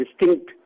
distinct